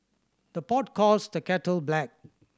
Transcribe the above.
the pot calls the kettle black